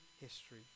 history